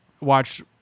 watch